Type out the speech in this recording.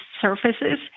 surfaces